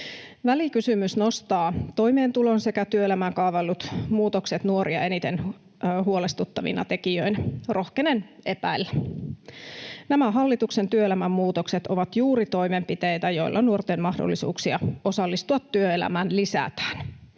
Välikysymys nostaa toimeentulon sekä työelämään kaavaillut muutokset nuoria eniten huolestuttavina tekijöinä. Rohkenen epäillä. Nämä hallituksen työelämän muutokset ovat juuri toimenpiteitä, joilla nuorten mahdollisuuksia osallistua työelämään lisätään.